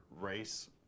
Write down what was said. race